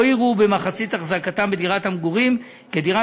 לא יראו במחצית החזקתם בדירת המגורים כדירה